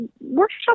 workshops